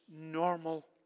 normal